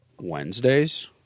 Wednesdays